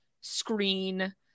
screen